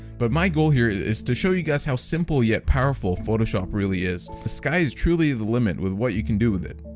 but my goal here is to show you guys how simple yet powerful photoshop really is. the sky is truly the limit with what you can do with it.